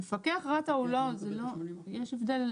מפקח רת"א זה לא, יש הבדל.